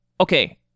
okay